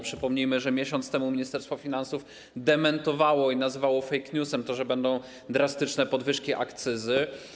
Przypomnijmy, że miesiąc temu Ministerstwo Finansów dementowało to i nazywało fake newsem to, że będą drastyczne podwyżki akcyzy.